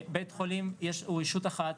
בית חולים הוא ישות אחת.